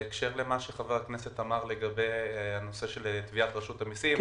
בהקשר למה שחבר הכנסת אמר לגבי הנושא של תביעת רשות המיסים.